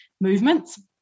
movements